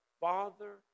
Father